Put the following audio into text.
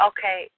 Okay